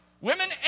Women